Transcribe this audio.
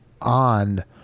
on